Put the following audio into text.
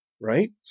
right